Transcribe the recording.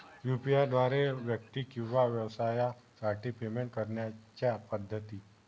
UPI द्वारे व्यक्ती किंवा व्यवसायांसाठी पेमेंट करण्याच्या पद्धती